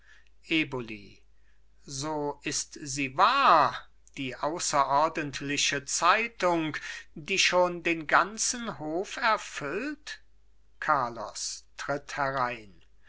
eboli so ist sie wahr die außerordentliche zeitung die schon den ganzen hof erfüllt carlos tritt herein